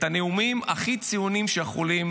נאמו את הנאומים הכי ציוניים שיכולים